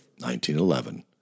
1911